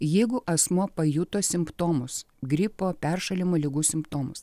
jeigu asmuo pajuto simptomus gripo peršalimo ligų simptomus